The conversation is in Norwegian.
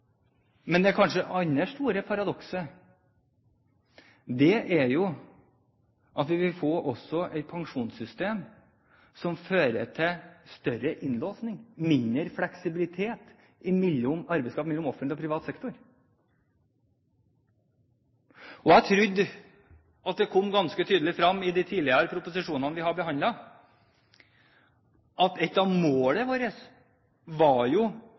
Men det andre store paradokset er kanskje at vi også vil få et pensjonssystem som fører til større innlåsning, mindre fleksibilitet og flyt av arbeidskraft mellom offentlig og privat sektor. Jeg trodde det gikk ganske tydelig frem av de innstillingene vi har behandlet tidligere, at et av målene våre var